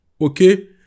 okay